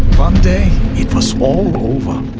um day it was all over,